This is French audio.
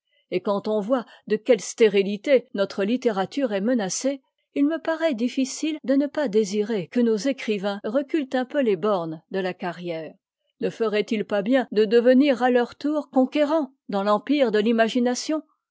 et quand on voit de quelle stérilité notre littérature est menacée il me parait difficile de ne pas désirer que nos écrivains reculent un peu les bornes de la carrière ne feraientils pas bien de devenir à leur tour conquérants dans l'empire de l'imagination